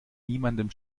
niemandem